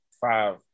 five